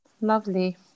Lovely